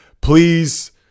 please